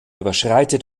überschreitet